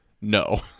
no